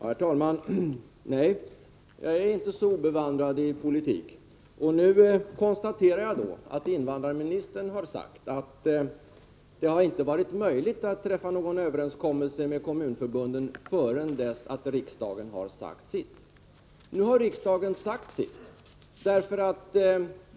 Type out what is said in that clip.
Herr talman! Jag är inte obevandrad i politik, och nu konstaterar jag att invandrarministern har sagt att det inte varit möjligt att träffa någon överenskommelse med kommunförbunden förrän riksdagen sagt sitt. Men nu har riksdagen sagt sitt.